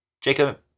jacob